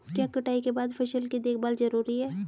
क्या कटाई के बाद फसल की देखभाल जरूरी है?